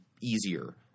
easier